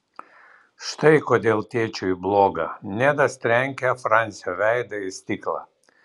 štai kodėl tėčiui bloga nedas trenkė fransio veidą į stiklą